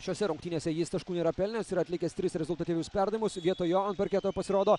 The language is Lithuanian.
šiose rungtynėse jis taškų nėra pelnęs yra atlikęs tris rezultatyvius perdavimus vietoj jo ant parketo pasirodo